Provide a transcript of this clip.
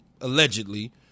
allegedly